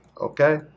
Okay